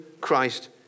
Christ